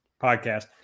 podcast